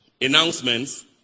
announcements